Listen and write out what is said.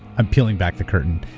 i'm peeling back the curtain.